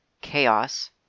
Chaos